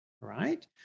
right